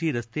G ರಸ್ತೆ